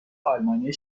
آلمانی